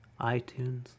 iTunes